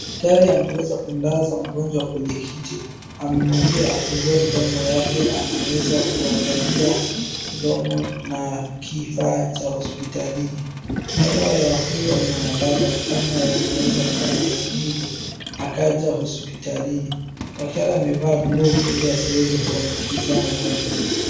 Daktari ameweza kumlaza mgonjwa kwenye kiti, amemwambia afungue mdomo yake anaweza kuangalia mdomo na kifaa cha hosiptalini. Meno ya huyo mwanadada ni kama yameweza kuwa na maumivu akaja hosiptalini, daktari amevaa glovu ili asiweze kuambukizana ugonjwa.